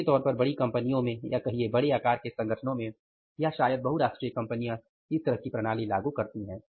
मोटे तौर पर बड़ी कंपनियों में या कहिये बड़े आकार के संगठनो में या शायद बहुराष्ट्रीय कंपनियों इस तरह की प्रणाली लागू करती हैं